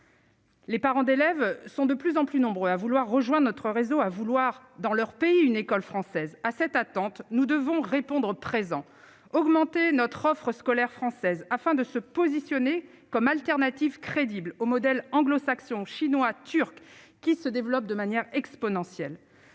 Les parents d'élèves sont de plus en plus nombreux à vouloir rejoint notre réseau à vouloir dans leur pays une école française à cette attente, nous devons répondre présent augmenter notre offre scolaire française afin de se positionner comme alternative crédible au modèle anglo-saxon chinois, turcs, qui se développe de manière exponentielle,